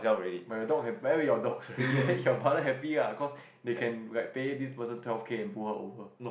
but your dog have bury your dog already eh your father happy lah cause they can like pay this person twelve K and pull her over